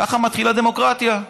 ככה מתחילה דמוקרטיה.